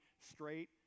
straight